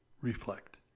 reflect